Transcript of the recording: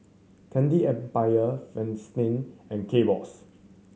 Candy Empire Fristine and Kbox